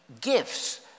gifts